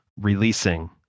releasing